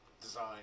design